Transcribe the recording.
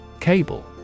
Cable